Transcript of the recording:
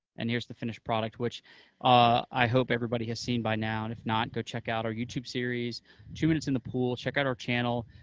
and here's the finished product, which i hope everybody has seen by now, and if not, go check out our youtube, two minutes in the pool. check out our channel.